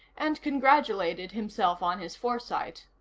and congratulated himself on his foresight.